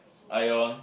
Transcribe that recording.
Ion